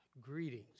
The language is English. Greetings